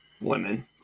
Women